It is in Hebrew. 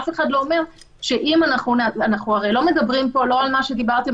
אנחנו הרי לא מדברים פה על מה שדיברתם,